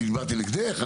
אני באתי נגדך?